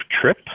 trip